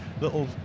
little